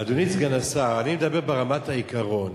אדוני סגן השר, אני מדבר ברמת העיקרון.